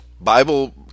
Bible